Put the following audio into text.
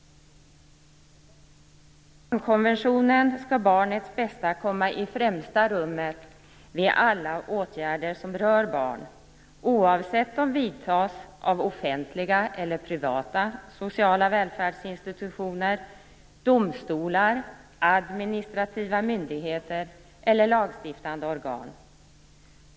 Enligt barnkonventionen skall barnets bästa komma i främsta rummet vid alla åtgärder som rör barn, oavsett om de vidtas av offentliga eller privata sociala välfärdsinstitutioner, domstolar, administrativa myndigheter eller lagstiftande organ.